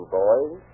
boys